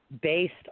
based